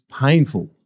painful